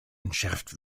entschärft